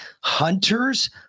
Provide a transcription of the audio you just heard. Hunter's